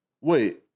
Wait